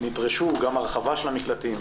ונדרשו גם הרחבת המקלטים,